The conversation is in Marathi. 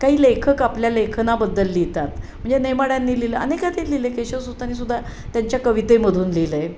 काही लेखक आपल्या लेखनाबद्दल लिहितात म्हणजे नेमाड्यांनी लिहिलं अनेकांनी लिहिले केशव सुतांनी सुद्धा त्यांच्या कवितेमधून लिहिलं आहे